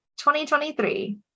2023